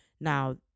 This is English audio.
Now